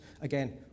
again